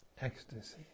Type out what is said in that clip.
ecstasy